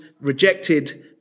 rejected